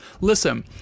listen